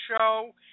show